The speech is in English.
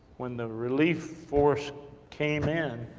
when the relief force came in,